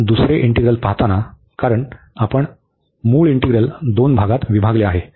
आता दुसरे इंटीग्रल पहाताना कारण आपण मूळ इंटीग्रल दोन भागात विभागले आहे